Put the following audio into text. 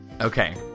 Okay